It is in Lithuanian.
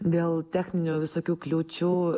dėl techninių visokių kliūčių